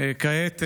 כעת,